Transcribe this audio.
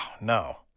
no